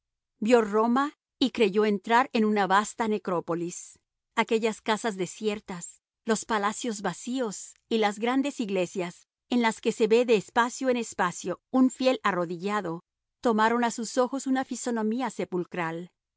vio roma y creyó entrar en una vasta necrópolis aquellas casas desiertas los palacios vacíos y las grandes iglesias en las que se ve de espacio en espacio un fiel arrodillado tomaron a sus ojos una fisonomía sepulcral